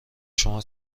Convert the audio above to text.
شما